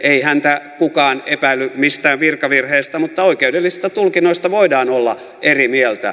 ei häntä kukaan epäillyt mistään virkavirheestä mutta oikeudellisista tulkinnoista voidaan olla eri mieltä